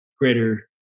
greater